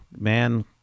man